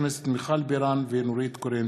תודה.